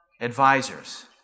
advisors